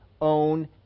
own